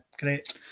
Great